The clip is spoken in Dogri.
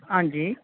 हां जी